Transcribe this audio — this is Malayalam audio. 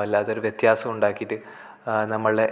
വല്ലാത്തൊരു വ്യത്യാസം ഉണ്ടാക്കിയിട്ട് നമ്മളുടെ